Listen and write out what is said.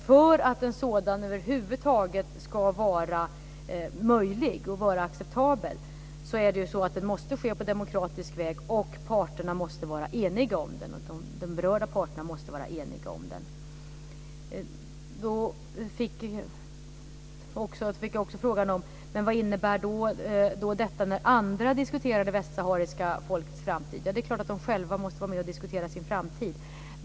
För att en sådan över huvud taget ska vara möjlig och vara acceptabel måste den ske på demokratisk väg och de berörda parterna måste vara eniga om den. Jag fick också frågan vad det innebär när andra diskuterar det västsahariska folkets framtid. Det är klart att de själva måste vara med och diskutera sin framtid.